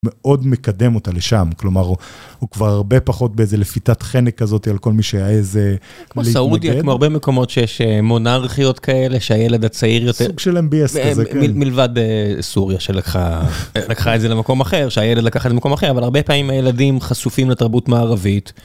מאוד מקדם אותה לשם, כלומר, הוא כבר הרבה פחות באיזה לפיתת חנק הזאתי על כל מי שהיה איזה... כמו סעודיה, כמו הרבה מקומות שיש מונרכיות כאלה שהילד הצעיר יותר... סוג של MBS כזה, כן. מלבד סוריה שלקחה את זה למקום אחר, שהילד לקח את זה למקום אחר, אבל הרבה פעמים הילדים חשופים לתרבות מערבית.